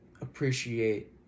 appreciate